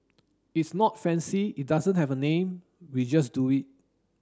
it's not fancy it doesn't have a name we just do it